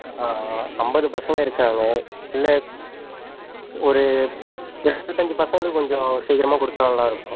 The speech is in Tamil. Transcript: ஐம்பது பசங்க இருக்காங்க இல்லை ஒரு இருபத்தஞ்சி பசங்களுக்கு கொஞ்சம் சீக்கிரமா கொடுத்தா நல்லாருக்கும்